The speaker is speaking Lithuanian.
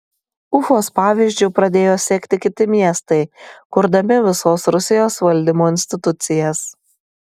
ufos pavyzdžiu pradėjo sekti kiti miestai kurdami visos rusijos valdymo institucijas